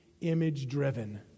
image-driven